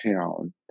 town